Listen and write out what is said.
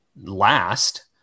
last